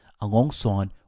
alongside